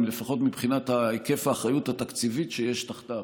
לפחות מבחינת היקף האחריות התקציבית שיש תחתיו,